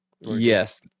Yes